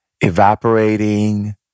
evaporating